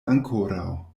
ankoraŭ